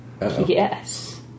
Yes